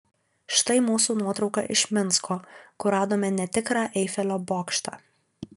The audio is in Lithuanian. štai mūsų nuotrauka iš minsko kur radome netikrą eifelio bokštą